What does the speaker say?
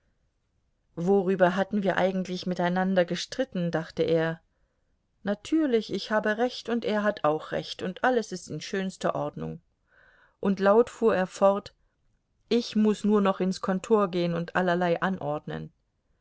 worüber hatten wir eigentlich miteinander gestritten dachte er natürlich ich habe recht und er hat auch recht und alles ist in schönster ordnung und laut fuhr er fort ich muß nur noch ins kontor gehen und allerlei anordnen